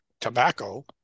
tobacco